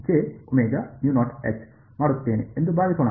ಆದ್ದರಿಂದ ನಾನು ಮಾಡುತ್ತೇನೆ ಎಂದು ಭಾವಿಸೋಣ